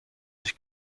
sich